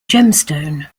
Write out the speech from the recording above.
gemstone